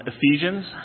Ephesians